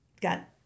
got